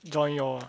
join you all ah